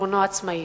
לחשבונו העצמאי.